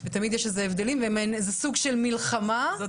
ותמיד יש הבדלים וזה סוג של מלחמה -- מיכל שיר סגמן